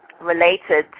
related